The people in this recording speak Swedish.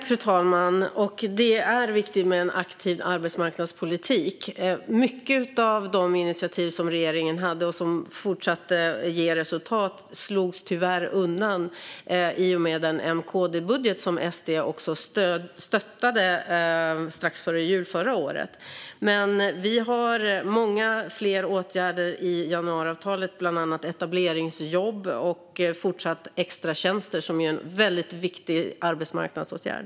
Fru talman! Det är viktigt med en aktiv arbetsmarknadspolitik. Många av de initiativ som regeringen tagit och som fortsatt att ge resultat slogs tyvärr undan i och med den M-KD-budget som SD också stöttade strax före jul förra året. Men vi har många fler åtgärder i januariavtalet, bland annat etableringsjobb och, fortfarande, extratjänster, som är en väldigt viktig arbetsmarknadsåtgärd.